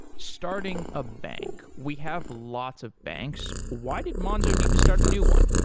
starting a bank, we have lots of banks. why did monzo need to start a new one?